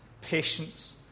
patience